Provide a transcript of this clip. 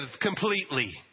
completely